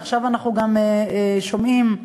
ועכשיו אנחנו גם שומעים על